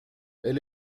elle